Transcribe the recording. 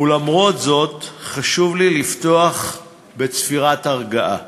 ולמרות זאת חשוב לי לפתוח בצפירת הרגעה